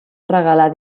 regalar